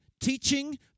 teaching